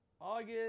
August